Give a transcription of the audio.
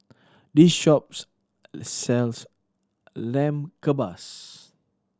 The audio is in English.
this shop sells Lamb Kebabs